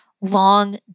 long